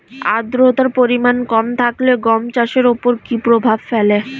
আদ্রতার পরিমাণ কম থাকলে গম চাষের ওপর কী প্রভাব ফেলে?